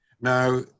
Now